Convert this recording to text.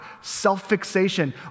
self-fixation